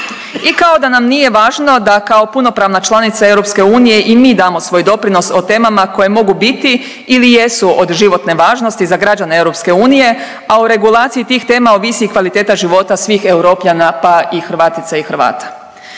I kao da nam nije važno da kao punopravna članica EU i mi damo svoj doprinos o temama koje mogu biti ili jesu od životne važnosti za građane EU, a o regulaciji tih tema ovisi i kvaliteta života svih Europljana pa i Hrvatica i Hrvata.